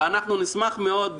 ונשמח מאוד,